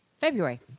February